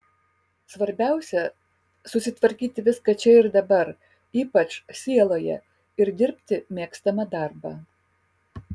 svarbiausia susitvarkyti viską čia ir dabar ypač sieloje ir dirbti mėgstamą darbą